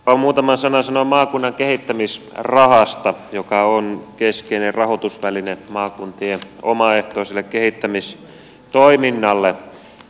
haluan muutaman sanan sanoa maakunnan kehittämisrahasta joka on keskeinen rahoitusväline maakuntien omaehtoiselle kehittämistoiminnalle